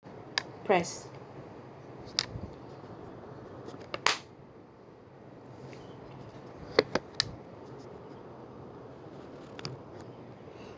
press